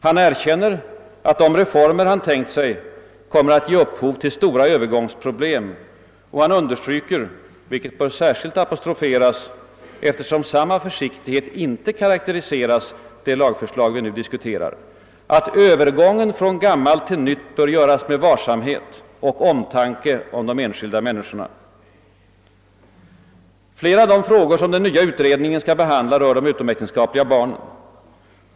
Han erkänner att de reformer han tänkt sig kommer att ge upphov till stora övergångsproblem, och han understryker — vilket bör särskilt apostroferas, eftersom samma försiktighet inte karakteriserar det lagförslag vi nu diskuterar — att »övergången från gammalt till nytt bör göras med varsamhet och omtanke om de enskilda människorna«. Flera av de frågor som den nya utredningen skall behandla rör de utomäktenskapliga barnen.